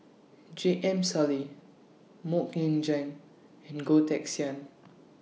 J M Sali Mok Ying Jang and Goh Teck Sian